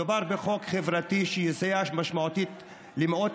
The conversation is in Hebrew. מדובר בחוק חברתי שיסייע משמעותית למאות